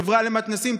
חברה למתנ"סים,